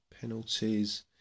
penalties